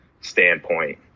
standpoint